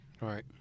right